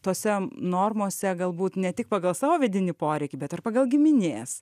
tose normose galbūt ne tik pagal savo vidinį poreikį bet ir pagal giminės